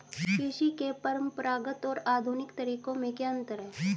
कृषि के परंपरागत और आधुनिक तरीकों में क्या अंतर है?